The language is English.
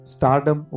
Stardom